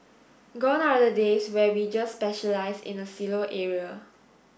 gone are the days where we just specialise in a silo area